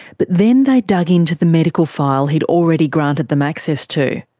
but then they dug into the medical file he'd already granted them access to.